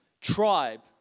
tribe